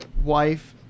wife